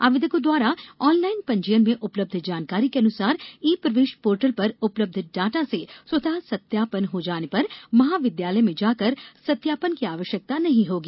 आवेदकों द्वारा ऑनलाइन पंजीयन में उपलब्ध जानकारी के अनुसार ई प्रवेश पोर्टल पर उपलब्ध डाटा से स्वतः सत्यापन हो जाने पर महाविद्यालय में जाकर सत्यापन की आवश्यकता नहीं होगी